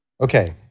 Okay